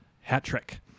hat-trick